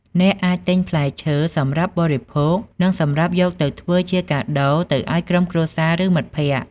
អ្នកអាចទិញផ្លែឈើសម្រាប់បរិភោគនិងសម្រាប់យកទៅធ្វើជាកាដូទៅឱ្យក្រុមគ្រួសារឬមិត្តភក្តិ។